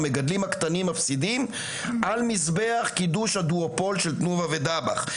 המגדלים הקטנים מפסידים על מזבח קידוש הדואופול של תנובה ודבח.